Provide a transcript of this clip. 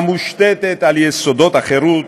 המושתתת על יסודות החירות,